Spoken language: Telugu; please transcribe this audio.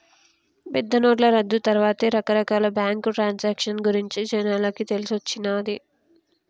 పెద్దనోట్ల రద్దు తర్వాతే రకరకాల బ్యేంకు ట్రాన్సాక్షన్ గురించి జనాలకు తెలిసొచ్చిన్నాది